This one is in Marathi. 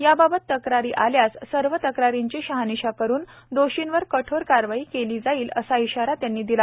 याबाबत तक्रारी आल्यास सर्व तक्रारींची शहानिशा करून दोर्षीवर कठोर कारवाई झाली पाहिजे असा इशाराही भ्जबळ यांनी दिला